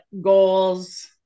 goals